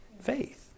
faith